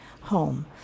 Home